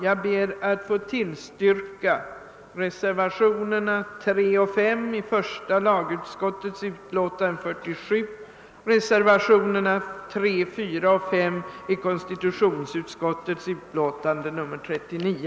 Jag ber att få tillstyrka reservationerna 3 och 5 i första lagutskottets utlåtande nr 77 samt reservationerna 3, 4 och 5 i konstitutionsutskottets utlåtande nr 39.